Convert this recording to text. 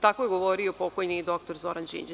Tako je govorio pokojni dr Zoran Đinđić.